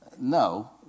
No